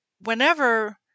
whenever